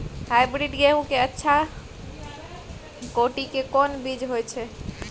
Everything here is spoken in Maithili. हाइब्रिड गेहूं के अच्छा कोटि के कोन बीज होय छै?